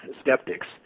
skeptics